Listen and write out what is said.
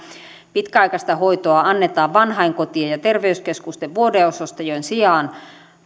pitkäaikaista hoitoa annetaan vanhainkotien ja terveyskeskusten vuodeosastojen sijaan